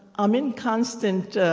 i'm in constant